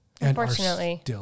unfortunately